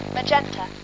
Magenta